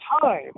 time